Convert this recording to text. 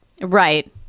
right